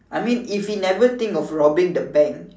I mean if he never think of robbing the bank